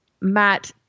Matt